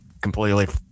completely